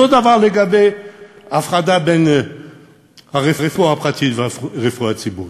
אותו דבר לגבי ההפרדה בין הרפואה הפרטית לרפואה הציבורית.